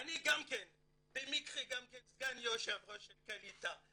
אני במקרה גם כן סגן יו"ר של קעליטה.